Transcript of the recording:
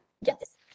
Yes